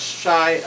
shy